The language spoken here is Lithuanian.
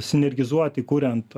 sinergizuoti kuriant